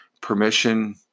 permission